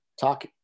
talk